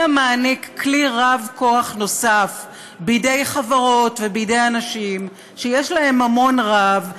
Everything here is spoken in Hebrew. אלא מעניק כלי רב-כוח נוסף בידי חברות ובידי אנשים שיש להם ממון רב,